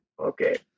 Okay